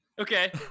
Okay